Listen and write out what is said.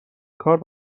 کار